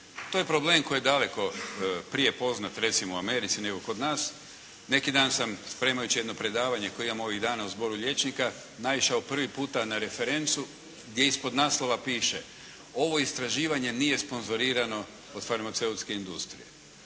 To je problem koji je daleko prije poznat recimo u Americi nego kod nas. Neki dan sam spremajući jedno predavanje koje imam ovih dana u Zboru liječnika, naišao prvi puta na referencu gdje ispod naslova piše: "Ovo istraživanje nije sponzorirano od farmaceutske industrije".